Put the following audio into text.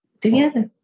together